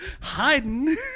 hiding